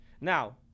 Now